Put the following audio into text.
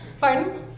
Pardon